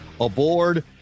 aboard